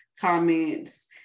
comments